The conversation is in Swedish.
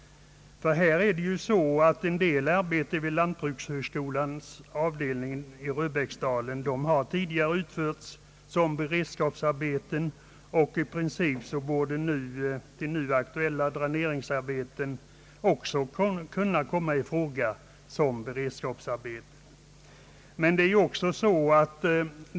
Här är det nämligen så att en del arbeten vid lantbrukshögskolans avdelning i Röbäcksdalen tidigare har utförts som beredskapsarbeten, och i princip borde nu aktuella dräneringsarbeten också kunna komma i fråga som beredskapsarbeten.